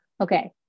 okay